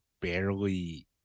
barely